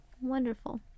Wonderful